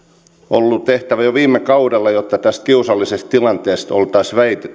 ollut tehtävä jo viime kaudella jotta tältä kiusalliselta tilanteelta oltaisiin